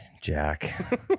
jack